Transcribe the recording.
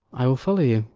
i will follow you.